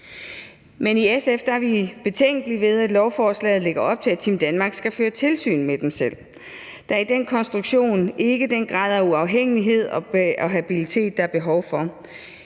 Men i SF er vi betænkelige ved, at lovforslaget lægger op til, at Team Danmark skal føre tilsyn med sig selv. Der er i den konstruktion ikke den grad af uafhængighed og habilitet, der er behov for.